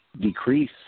decrease